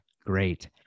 great